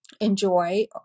enjoy